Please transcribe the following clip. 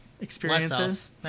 Experiences